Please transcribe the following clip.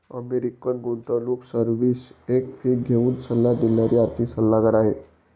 American गुंतवणूक service एक fee घेऊन सल्ला देणारी आर्थिक सल्लागार आहे